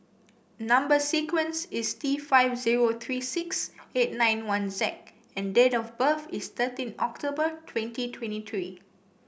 number sequence is T five zero three six eight nine one Z and date of birth is thirteen October twenty twenty three